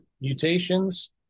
mutations